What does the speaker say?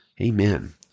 Amen